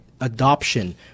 adoption